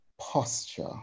posture